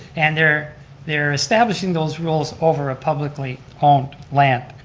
and they're they're establishing those rules over a publicly-owned um land.